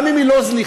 גם אם היא לא זניחה,